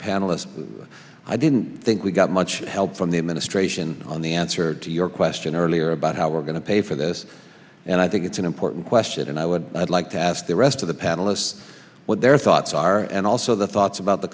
panelists i didn't think we got much help from the administration on the answer to your question earlier about how we're going to pay for this and i think it's an important question and i would i'd like to ask the rest of the panelists what their thoughts are and also the thoughts about the